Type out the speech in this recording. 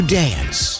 dance